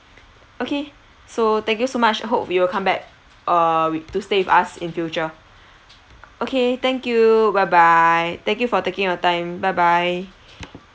okay so thank you so much hope you will come back err wi~ to stay with us in future okay thank you bye bye thank you for taking your time bye bye